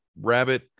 rabbit